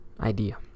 idea